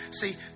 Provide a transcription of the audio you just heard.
See